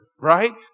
right